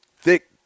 thick